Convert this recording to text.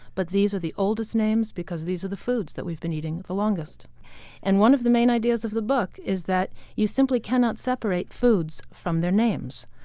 but these are the oldest names because these are the foods that we've been eating the longest and one one of the main ideas of the book is that you simply cannot separate foods from their names.